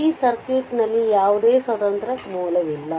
ಈ ಸರ್ಕ್ಯೂಟ್ನಲ್ಲಿ ಯಾವುದೇ ಸ್ವತಂತ್ರ ಮೂಲವಿಲ್ಲ